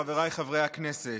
חבריי חברי הכנסת,